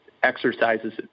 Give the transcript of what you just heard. exercises